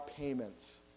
payments